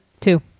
Two